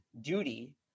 duty